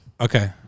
Okay